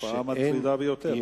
תופעה מטרידה ביותר.